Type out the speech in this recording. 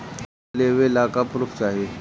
Loan लेवे ला का पुर्फ चाही?